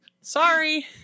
Sorry